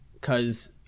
cause